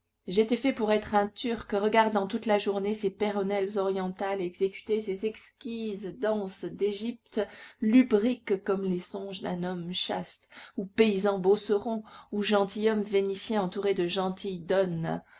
j'étais fait pour être turc regardant toute la journée des péronnelles orientales exécuter ces exquises danses d'égypte lubriques comme les songes d'un homme chaste ou paysan beauceron ou gentilhomme vénitien entouré de